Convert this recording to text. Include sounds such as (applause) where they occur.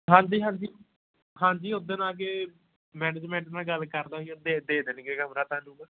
ਹਾਂਜੀ ਹਾਂਜੀ ਹਾਂਜੀ ਉਸ ਦਿਨ ਆਕੇ ਮੈਨੇਜਮੈਂਟ ਨਾਲ ਗੱਲ ਕਰ ਦੇਵਾਂਗੇ ਉਹ ਦੇ ਦੇ ਦੇਣਗੇ ਕਮਰਾ ਤੁਹਾਨੂੰ (unintelligible)